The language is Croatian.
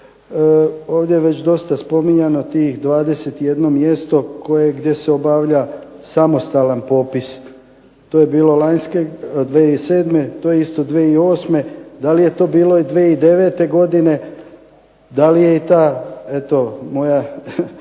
ovdje je već dosta spominjano tih 21 mjesto koje gdje se obavlja samostalan popis. To je bilo lanjske 2007., to isto 2008., da li je to bilo i 2009. godine, da li je i ta eto